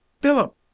Philip